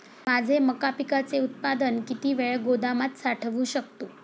माझे मका पिकाचे उत्पादन किती वेळ गोदामात साठवू शकतो?